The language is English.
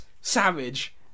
Savage